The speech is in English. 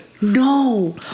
No